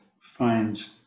find